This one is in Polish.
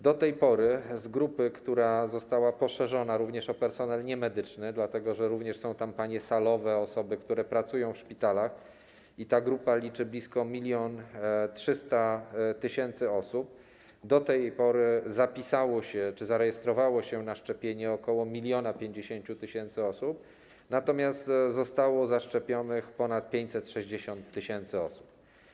Do tej pory z grupy, która została poszerzona również o personel niemedyczny, dlatego że są tam również panie salowe, osoby, które pracują w szpitalach - ta grupa liczy blisko 1300 tys. osób - zapisało się czy zarejestrowało się na szczepienie ok. 1050 tys. osób, natomiast zostało zaszczepionych ponad 560 tys. osób.